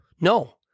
No